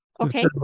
Okay